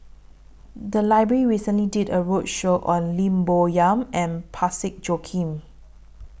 The Library recently did A roadshow on Lim Bo Yam and Parsick Joaquim